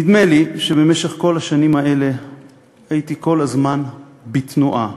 נדמה לי שבמשך כל השנים האלה הייתי כל הזמן בתנועה.